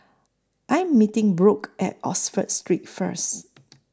I Am meeting Brooke At Oxford Street First